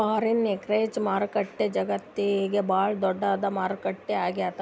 foreign exchange market ಜಗತ್ತ್ನಾಗೆ ಭಾಳ್ ದೊಡ್ಡದ್ ಮಾರುಕಟ್ಟೆ ಆಗ್ಯಾದ